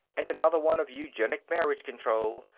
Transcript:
and another one of eugenic marriage-control.